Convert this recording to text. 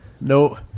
No